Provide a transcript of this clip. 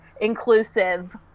inclusive